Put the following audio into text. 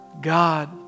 God